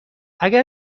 اگر